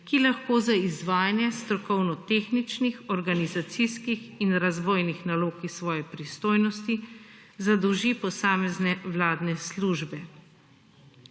ki lahko za izvajanje iz strokovno tehničnih, organizacijskih in razvojnih nalog iz svoje pristojnosti zadolži posamezne vladne službe.